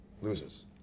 loses